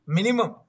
Minimum